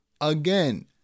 again